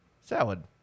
salad